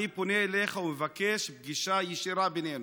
אני פונה אליך ומבקש פגישה ישירה בינינו,